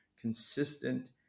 consistent